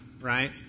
right